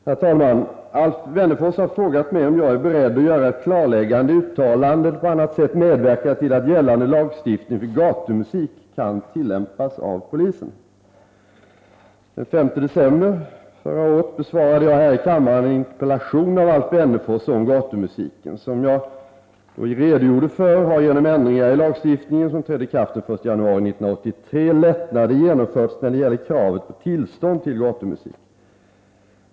Herr talman! Alf Wennerfors har frågat mig om jag är beredd att göra ett klarläggande uttalande eller på annat sätt medverka till att gällande lagstiftning för gatumusik kan tillämpas av polisen. Den 5 december 1983 besvarade jag här i kammaren en interpellation av Alf Wennerfors om gatumusiken. Som jag då redogjorde för har genom ändringar i lagstiftningen, som trädde i kraft den 1 januari 1983, lättnader genomförts när det gäller kravet på tillstånd till gatumusik.